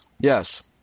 Yes